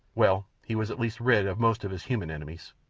well, he was at least rid of most of his human enemies.